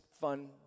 fun